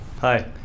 Hi